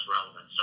relevant